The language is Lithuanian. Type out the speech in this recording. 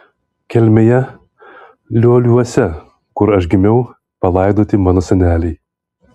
kelmėje lioliuose kur aš gimiau palaidoti mano seneliai